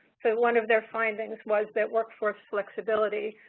so one of their findings was that workforce flexibility,